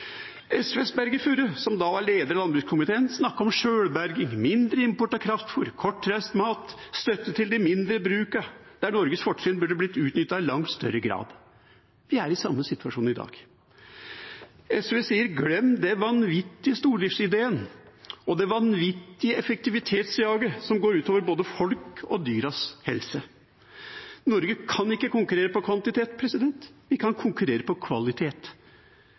SVs Berge Furre, som da var leder av landbrukskomiteen, snakket om sjølberging, mindre import av kraftfôr, kortreist mat, støtte til de mindre brukene, at Norges fortrinn burde blitt utnyttet i langt større grad. Vi er i samme situasjon i dag. SV sier: Glem den vanvittig stordriftsideen og det vanvittige effektiviseringsjaget, som går ut over både folks og dyras helse. Norge kan ikke konkurrere på kvantitet, vi kan konkurrere på kvalitet.